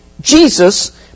Jesus